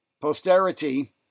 posterity